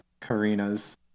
Karina's